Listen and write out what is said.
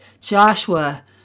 Joshua